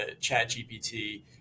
ChatGPT